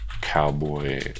Cowboy